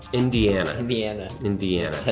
indiana. indiana. indiana.